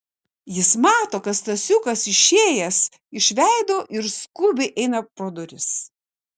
jis mato kad stasiukas išėjęs iš veido ir skubiai eina pro duris